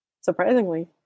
Surprisingly